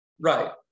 Right